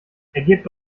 ergebt